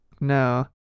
No